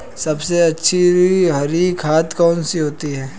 सबसे अच्छी हरी खाद कौन सी होती है?